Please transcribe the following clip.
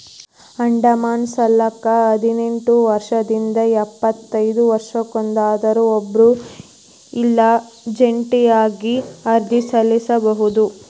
ಅಡಮಾನ ಸಾಲಕ್ಕ ಹದಿನೆಂಟ್ ವರ್ಷದಿಂದ ಎಪ್ಪತೈದ ವರ್ಷದೊರ ಒಬ್ರ ಇಲ್ಲಾ ಜಂಟಿಯಾಗಿ ಅರ್ಜಿ ಸಲ್ಲಸಬೋದು